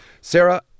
Sarah